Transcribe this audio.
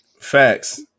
Facts